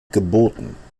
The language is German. geboten